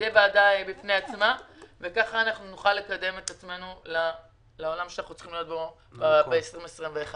ועדה בפני עצמה וכך נוכל לקדם את עצמנו לעולם של 2021. תודה.